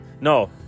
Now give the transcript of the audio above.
No